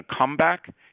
comeback